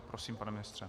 Prosím, pane ministře.